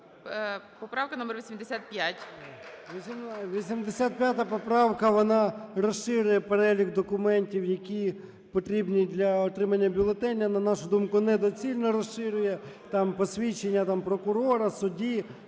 Поправка номер 85.